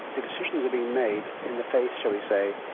the decisions are being made in the face, shall we say,